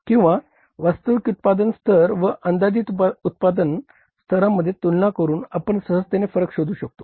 किंवा वास्तविक उत्पादन स्तर व अंदाजित उत्पादन स्तरांमध्ये तुलना करून आपण सहजतेने फरक शोधू शकतो